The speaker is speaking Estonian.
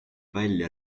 välja